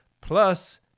Plus